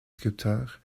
sculpteurs